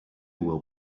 will